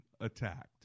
attacked